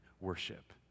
worship